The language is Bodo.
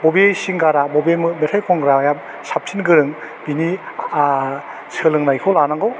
बबे सिंगारा बबे मेथाइ खनग्राया साबसिन गोरों बिनि आह सोलोंनायखौ लानांगौ